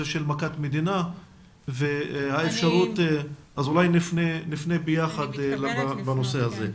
של מכת מדינה ואולי נפנה ביחד בנושא הזה.